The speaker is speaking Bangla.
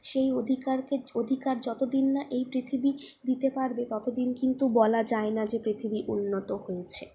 সেই অধিকারকে অধিকার যতদিন না এই পৃথিবী দিতে পারবে ততদিন কিন্তু বলা যায় না যে পৃথিবীর উন্নত হয়েছে